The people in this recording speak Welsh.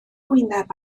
wyneb